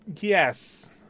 Yes